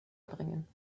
bringen